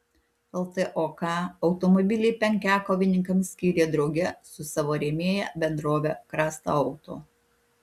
ltok automobilį penkiakovininkams skyrė drauge su savo rėmėja bendrove krasta auto